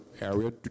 area